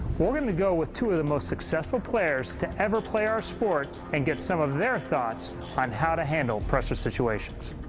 we're going to go with two of the most successful players to ever play our sport and get some of their thoughts on how to handle pressure situations.